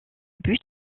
but